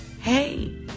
Hey